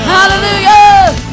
Hallelujah